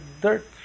dirt